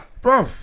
bro